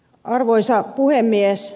arvoisa puhemies